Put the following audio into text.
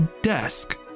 desk